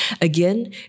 again